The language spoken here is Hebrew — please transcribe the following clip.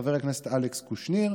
וחבר הכנסת אלכס קושניר,